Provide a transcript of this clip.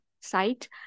site